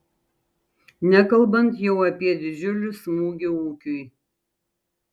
nekalbant jau apie didžiulį smūgį ūkiui